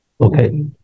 Okay